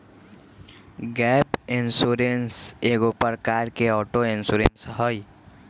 gap insurance एगो प्रकार के ऑटो इंश्योरेंस हइ